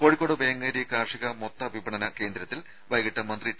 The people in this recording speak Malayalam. കോഴിക്കോട് വേങ്ങേരി കാർഷിക മൊത്ത വിപണന കേന്ദ്രത്തിൽ വൈകിട്ട് മന്ത്രി ടി